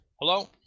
Hello